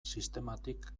sistematik